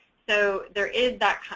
so there is that,